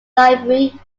library